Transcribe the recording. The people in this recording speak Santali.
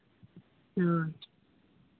ᱦᱳᱭ